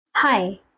Hi